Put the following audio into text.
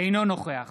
אינו נוכח